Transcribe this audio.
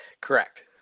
Correct